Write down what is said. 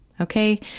Okay